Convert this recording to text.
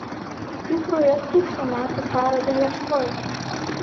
kokių projektų šių metų parodai ieškojote